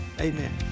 Amen